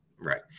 Right